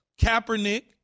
Kaepernick